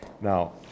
Now